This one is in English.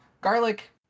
garlic